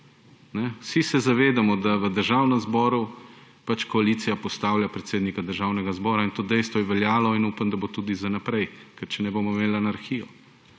Vsi se zavedamo, da v Državnem zboru koalicija postavlja predsednika Državnega zbora. To dejstvo je veljalo in upam, da bo tudi za naprej, ker če ne, bomo imeli anarhijo.